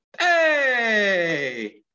Hey